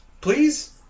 please